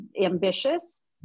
ambitious